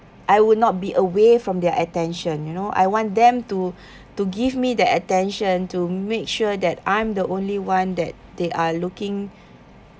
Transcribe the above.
I will not be away from their attention you know I want them to to give me the attention to make sure that I'm the only one that they are looking